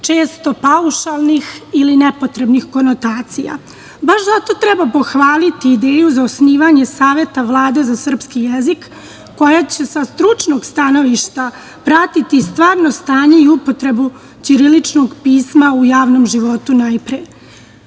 često paušalnih ili nepotrebnih konotacija. Baš zato treba pohvaliti ideju za osnivanje Saveta Vlade za srpski jezik, koji će sa stručnog stanovišta pratiti stvarno stanje i upotrebu ćiriličnog pisma u javnom životu, najpre. Da